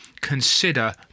consider